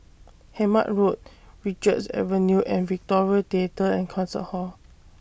Hemmant Road Richards Avenue and Victoria Theatre and Concert Hall